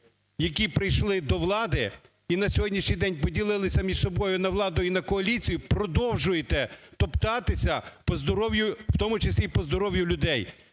які прийшли до влади і на сьогоднішній день поділилися між собою на владу і на коаліцію, продовжуєте топтатися по здоров'ю,